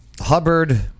Hubbard